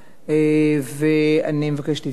ואני מבקשת להתייחס אליהן.